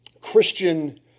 Christian